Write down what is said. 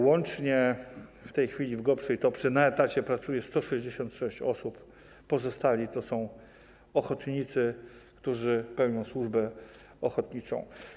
Łącznie w tej chwili w GOPR-ze i TOPR-ze na etacie pracuje 166 osób, pozostali to są ochotnicy, którzy pełnią służbę ochotniczą.